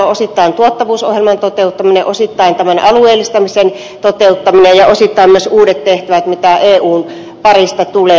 osittain tuottavuusohjelman toteuttaminen osittain alueellistamisen toteuttaminen ja osittain myös uudet tehtävät mitä eun parista tulee